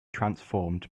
transformed